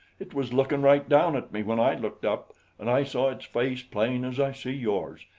it was lookin' right down at me when i looked up and i saw its face plain as i see yours.